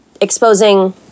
exposing